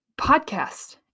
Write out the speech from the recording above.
podcast